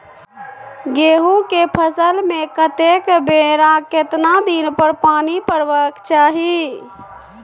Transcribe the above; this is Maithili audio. गेहूं के फसल मे कतेक बेर आ केतना दिन पर पानी परबाक चाही?